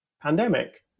pandemic